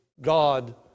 God